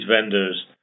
vendors